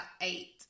eight